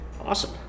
Awesome